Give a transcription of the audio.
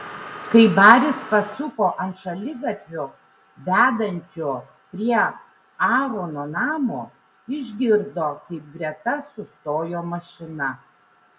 kai baris pasuko ant šaligatvio vedančio prie aarono namo išgirdo kaip greta sustojo mašina